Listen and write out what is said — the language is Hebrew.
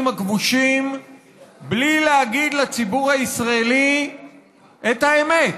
הכבושים בלי להגיד לציבור הישראלי את האמת,